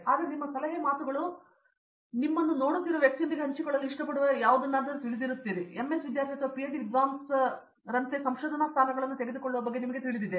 ಆದ್ದರಿಂದ ನಿಮ್ಮ ಸಲಹೆಯ ಮಾತುಗಳು ಅಥವಾ ನೀವು ಬಹುಶಃ ನಮ್ಮನ್ನು ನೋಡುತ್ತಿರುವ ವ್ಯಕ್ತಿಯೊಂದಿಗೆ ಹಂಚಿಕೊಳ್ಳಲು ಇಷ್ಟಪಡುವ ಯಾವುದನ್ನೂ ತಿಳಿದಿರುತ್ತೀರಿ ಮತ್ತು MS ವಿದ್ಯಾರ್ಥಿ ಅಥವಾ ಪಿಎಚ್ಡಿ ವಿದ್ವಾಂಸರಂತೆ ಸಂಶೋಧನಾ ಸ್ಥಾನಗಳನ್ನು ತೆಗೆದುಕೊಳ್ಳುವ ಬಗ್ಗೆ ನಿಮಗೆ ತಿಳಿದಿದೆ